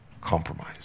compromise